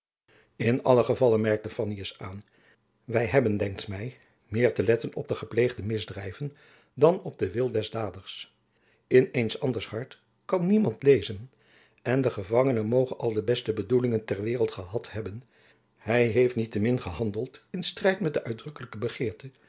in allen gevalle merkte fannius aan wy hebben dunkt my meer te letten op de gepleegde misdrijven dan op den wil des daders in eens anders hart kan niemand lezen en de gevangene moge al de beste bedoelingen ter waereld gehad hebben hy heeft niet-te-min gehandeld in strijd met de uitdrukkelijke begeerte